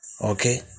Okay